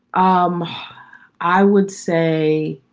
um i would say.